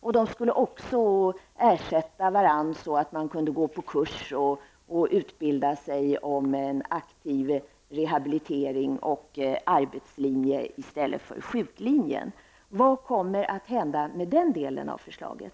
Och de skulle också ersätta varandra så att de kunde gå på kurs och utbilda sig i fråga om en aktiv rehabilitering och arbetslinje i stället för sjuklinjen. Vad kommer att hända med den delen av förslaget?